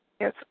Yes